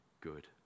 good